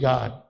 God